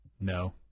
No